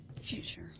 future